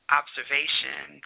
observation